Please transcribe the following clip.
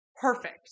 perfect